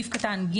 המאסדרת.